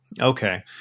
Okay